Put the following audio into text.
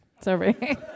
Sorry